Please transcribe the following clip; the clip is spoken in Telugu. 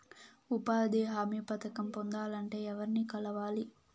ఉపాధి హామీ పథకం పొందాలంటే ఎవర్ని కలవాలి?